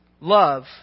love